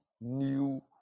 new